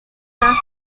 class